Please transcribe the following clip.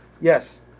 Yes